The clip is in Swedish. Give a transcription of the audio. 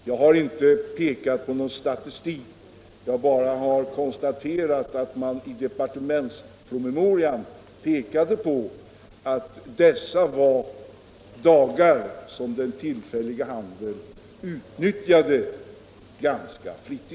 Jag har inte anfört någon statistik, jag har bara konstaterat att man i departementspromemorian pekade på att det här var dagar som den tillfälliga handeln utnyttjade ganska ofta.